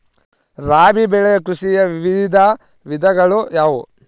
ರಾಬಿ ಬೆಳೆ ಕೃಷಿಯ ವಿವಿಧ ವಿಧಗಳು ಯಾವುವು?